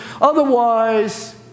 Otherwise